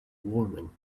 warming